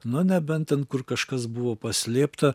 no nebent ten kur kažkas buvo paslėpta